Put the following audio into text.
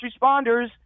responders